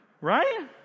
Right